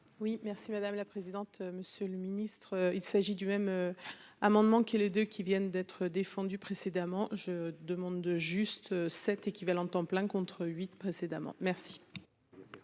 Oui merci madame la présidente. Monsieur le Ministre, il s'agit du même. Amendement qui les deux qui viennent d'être défendus précédemment, je demande de juste sept équivalents temps plein contre 8 précédemment. Merci.